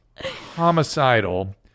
homicidal